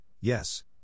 yes